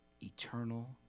Eternal